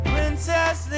Princess